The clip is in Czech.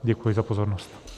Děkuji za pozornost.